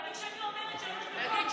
אני, כשהייתי עוברת שלוש דקות,